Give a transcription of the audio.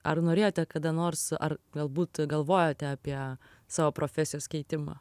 ar norėjote kada nors ar galbūt galvojote apie savo profesijos keitimą